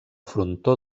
frontó